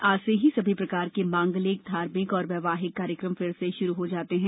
आज से ही सभी प्रकार के मांगलिक धार्मिक और वैवाहिक कार्यक्रम फिर से शुरू हो जाते हैं